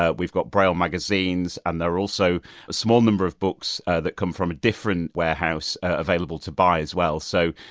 ah we've got braille magazines and there are also a small number of books that come from a different warehouse available to buy as well. so,